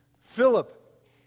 Philip